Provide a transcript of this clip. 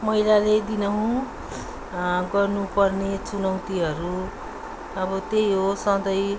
महिलाले दिनहुँ गर्नुपर्ने चुनौतीहरू अब त्यही हो सधैँ